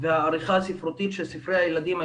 והעריכה הספרותית של ספרי הילדים שספרי הילדים